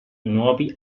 nuovi